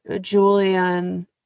Julian